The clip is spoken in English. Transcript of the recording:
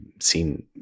seen